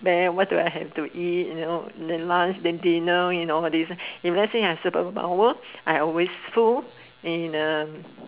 what do I have to eat you know then lunch then dinner you know all these if I have a superpower I always full then uh